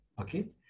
okay